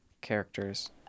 characters